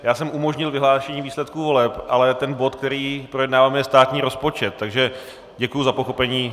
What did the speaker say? Já jsem umožnil vyhlášení výsledků voleb, ale bod, který projednáváme, je státní rozpočet, takže děkuji za pochopení.